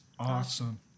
Awesome